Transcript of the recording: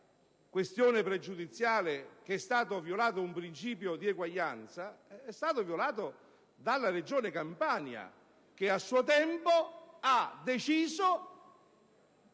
questione pregiudiziale che è stato violato un principio di uguaglianza, che esso è stato violato dalla Regione Campania che a suo tempo aveva deciso